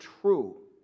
true